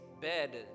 bed